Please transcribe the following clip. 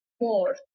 more